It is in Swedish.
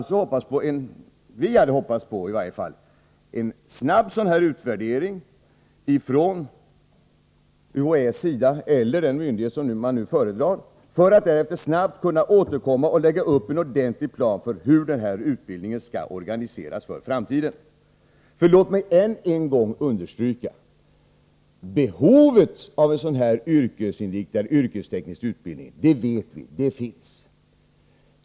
Vi hade hoppats på en snabb utvärdering ifrån UHÄ:s sida — eller den myndighet man nu föredrar — för att man därefter snabbt skulle kunna återkomma och lägga upp en ordentlig plan för hur denna utbildning skall organiseras för framtiden. Låt mig emellertid än en gång understryka att behovet av en sådan här yrkesinriktad, yrkesteknisk utbildning finns— det vet vi.